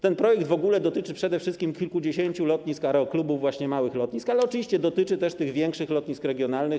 Ten projekt w ogóle dotyczy przede wszystkim kilkudziesięciu lotnisk aeroklubów, właśnie małych lotnisk, ale oczywiście dotyczy też tych większych lotnisk regionalnych.